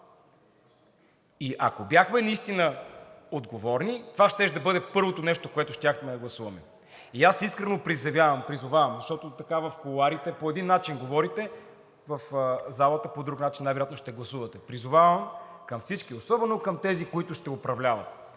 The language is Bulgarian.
И ако бяхме наистина отговорни, това щеше да бъде първото нещо, което щяхме да гласуваме. И аз искрено призовавам, защото в кулоарите по един начин говорите, в залата по друг начин най-вероятно ще гласувате, призовавам всички, особено тези, които ще управляват,